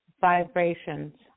vibrations